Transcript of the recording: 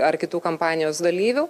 ar kitų kampanijos dalyvių